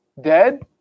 dead